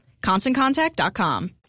ConstantContact.com